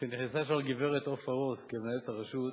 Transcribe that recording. נכנסה לשם הגברת עפרה רוס, כמנהלת הרשות,